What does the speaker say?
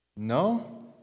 no